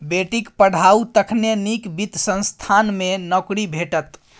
बेटीक पढ़ाउ तखने नीक वित्त संस्थान मे नौकरी भेटत